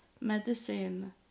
medicine